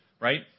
right